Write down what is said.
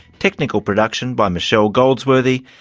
technical production by michelle goldsworthy.